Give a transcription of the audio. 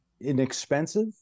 inexpensive